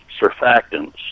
surfactants